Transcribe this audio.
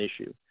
issue